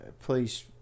please